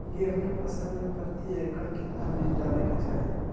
गेहूं के फसल में प्रति एकड़ कितना बीज डाले के चाहि?